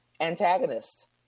antagonist